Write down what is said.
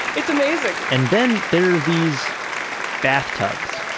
it's amazing! and then there are these bathtubs